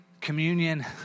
communion